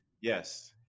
yes